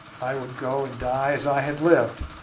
i would go and die as i had lived,